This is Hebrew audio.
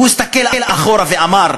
הוא הסתכל אחורה ואמר: